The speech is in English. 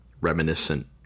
reminiscent